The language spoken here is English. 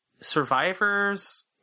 survivors